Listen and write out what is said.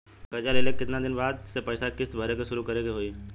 कर्जा लेला के केतना दिन बाद से पैसा किश्त भरे के शुरू करे के होई?